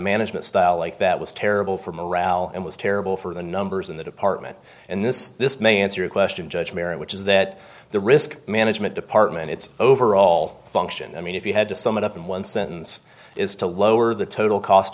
management style like that was terrible for morale and was terrible for the numbers in the department and this this may answer a question judge mary which is that the risk management department its overall function i mean if you had to sum it up in one sentence is to lower the total cost